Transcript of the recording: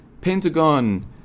Pentagon